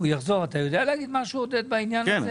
עודד, אתה יודע להגיד משהו בעניין הזה?